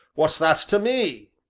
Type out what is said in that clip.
what's that to me?